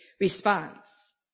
response